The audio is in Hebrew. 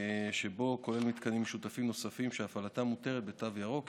וכולל מתקנים משותפים נוספים שהפעלתם מותרת בתו ירוק,